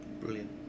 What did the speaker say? Brilliant